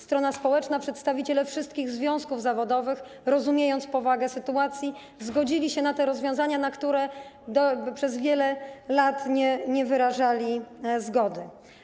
Strona społeczna, przedstawiciele wszystkich związków zawodowych, rozumiejąc powagę sytuacji, zgodzili się na te rozwiązania, na które przez wiele lat nie wyrażali zgody.